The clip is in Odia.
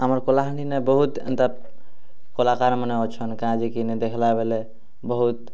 ଆମର କଲାହାଣ୍ଡିନେ ବହୁତ୍ ଏନ୍ତା କଲାକାରମାନେ ଅଛନ କାଁଯେ କି ନେଇଁ ଦେଖଲା ବେଲେ ବହୁତ